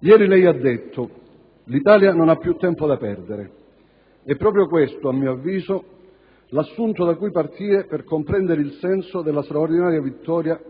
Ieri lei ha detto: «L'Italia non ha più tempo da perdere». È proprio questo, a mio avviso, l'assunto da cui partire per comprendere il senso della straordinaria vittoria